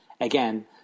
Again